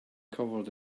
covered